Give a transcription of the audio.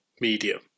medium